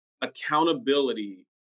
accountability